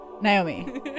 Naomi